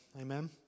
Amen